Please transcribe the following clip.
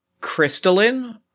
crystalline